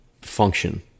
function